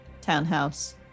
townhouse